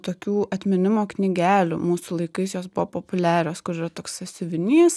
tokių atminimo knygelių mūsų laikais jos buvo populiarios kur yra toks sąsiuvinys